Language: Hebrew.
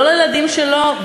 לא לילדים שלו,